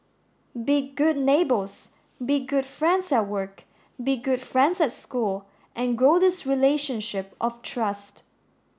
be good neighbours be good friends at work be good friends at school and grow this relationship of trust